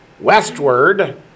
westward